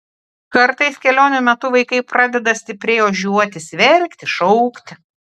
kartais kelionių metu vaikai pradeda stipriai ožiuotis verkti šaukti